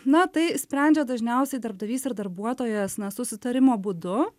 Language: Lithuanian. na tai sprendžia dažniausiai darbdavys ir darbuotojas na susitarimo būdu